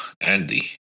Andy